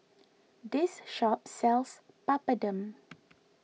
this shop sells Papadum